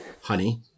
honey